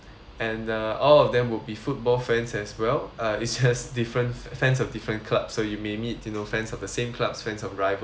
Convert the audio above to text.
and uh all of them would be football fans as well uh it's just different fans of different clubs so you may meet you know friends of the same clubs fans of rival